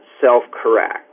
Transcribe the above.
self-correct